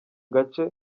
gace